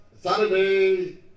Saturday